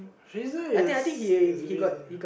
drizzle is is really